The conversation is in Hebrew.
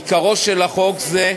עיקרו של חוק זה,